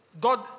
God